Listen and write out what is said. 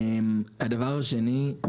הדבר השני הוא שהוסכם,